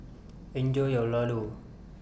Enjoy your Ladoo